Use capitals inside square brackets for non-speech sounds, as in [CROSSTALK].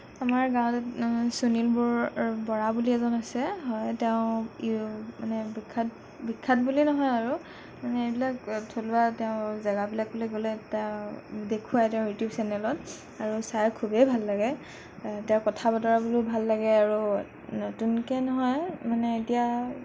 আমাৰ গাঁৱত চুনিলবোৰ বৰা বুলি এজন আছে হয় তেওঁ [UNINTELLIGIBLE] মানে বিখ্যাত বিখ্যাত বুলি নহয় আৰু মানে এইবিলাক থলুৱা তেওঁ জেগাবিলাকলৈ গ'লে তেওঁ দেখুৱাই তেওঁৰ ইউটিউব চেনেলত আৰু চাই খুবেই ভাল লাগে তেওঁৰ কথা বতৰাবোৰো ভাল লাগে আৰু নতুনকৈ নহয় মানে এতিয়া